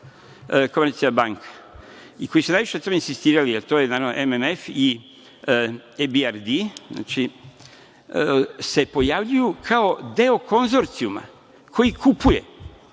„Komercijalna banka“ i koji su najviše na tome insistirali, jer to je naravno MMF i IBRD se pojavljuju kao deo konzorcijuma koji kupuje